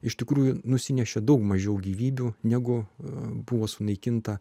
iš tikrųjų nusinešė daug mažiau gyvybių negu buvo sunaikinta